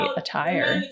attire